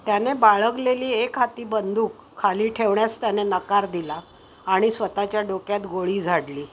त्याने बाळगलेली एक हाती बंदूक खाली ठेवण्यास त्याने नकार दिला आणि स्वतःच्या डोक्यात गोळी झाडली